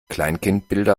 kleinkindbilder